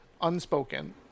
unspoken